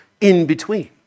in-between